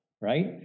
right